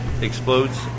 explodes